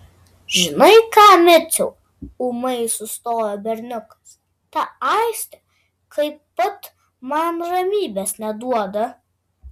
žinai ką miciau ūmai sustojo berniukas ta aistė kaip pat man ramybės neduoda